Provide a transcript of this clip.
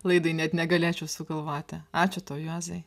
laidai net negalėčiau sugalvoti ačiū tau juozai